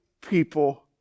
people